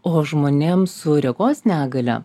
o žmonėms su regos negalia